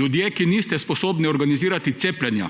Ljudje, ki niste sposobni organizirati cepljenja,